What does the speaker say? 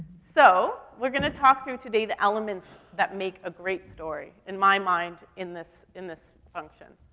so we're gonna talk through today the elements that make a great story, in my mind, in this, in this function.